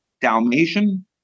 Dalmatian